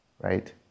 right